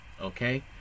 Okay